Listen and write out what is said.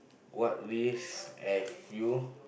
what risk have you